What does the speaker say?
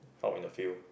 out in the field